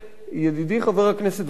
ידידי חבר הכנסת וקנין,